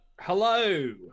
Hello